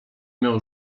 miał